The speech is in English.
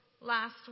last